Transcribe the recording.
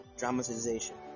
dramatization